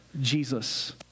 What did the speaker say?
jesus